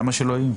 למה שלא יהיו?